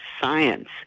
science